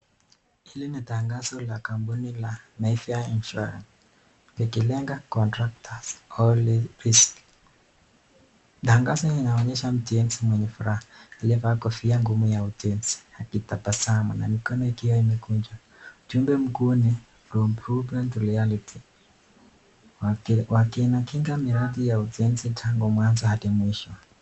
Hili ni tangazo la kampuni la Mayfair Insurance likilenga contractors all risks . Tangazo linaonyesha mjenzi mwenye furaha, amevaa kofia ngumu ya ujenzi akitabasamu na mikono ikiwa imekunjwa. Ujumbe mkuu ni for blue print to reality . Wanakinga miradi ya ujenzi toka mwanzo hadi mwisho.